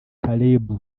caleb